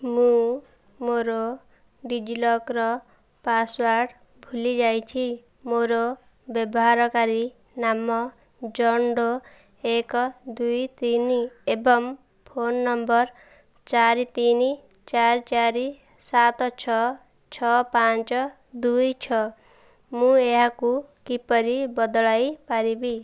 ମୁଁ ମୋର ଡିଜିଲକର୍ ପାସୱାର୍ଡ଼୍ ଭୁଲି ଯାଇଛି ମୋର ବ୍ୟବହାରକାରୀ ନାମ ଜନ୍ ଡୋ ଏକ ଦୁଇ ତିନି ଏବଂ ଫୋନ୍ ନମ୍ବର୍ ଚାରି ତିନି ଚାରି ଚାରି ସାତ ଛଅ ଛଅ ପାଞ୍ଚ ଦୁଇ ଛଅ ମୁଁ ଏହାକୁ କିପରି ବଦଳାଇ ପାରିବି